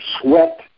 sweat